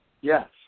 Yes